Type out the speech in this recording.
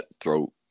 throat